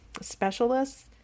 specialists